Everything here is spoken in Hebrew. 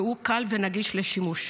והוא נגיש וקל לשימוש.